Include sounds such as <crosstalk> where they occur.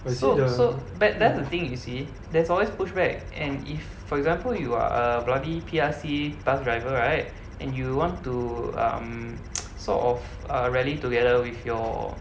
so so that that's the thing you see there's always push back and if for example you are a bloody P_R_C bus driver right and you want to um <noise> sort of ah rally together with your